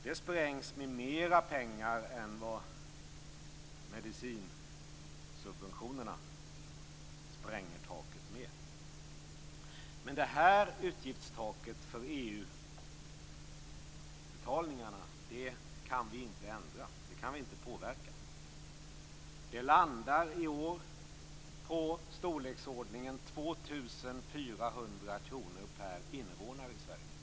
Det spränger med mer pengar än vad medicinsubventionerna spränger taket med. Men det här utgiftstaket för EU betalningarna kan vi inte ändra. Det kan vi inte påverka. Det landar i år på storleksordningen 2 400 kr per invånare i Sverige.